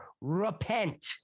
Repent